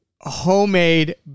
homemade